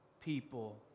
people